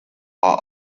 war